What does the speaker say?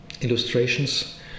illustrations